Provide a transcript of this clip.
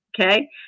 okay